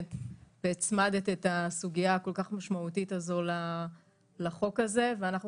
והצמדת את הסוגיה הכל כך משמעותית הזו לחוק הזה ואנחנו